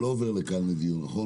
הוא לא עובר לכאן לדיון, נכון?